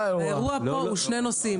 האירוע פה הוא שני נושאים.